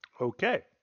Okay